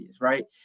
right